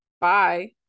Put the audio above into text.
bye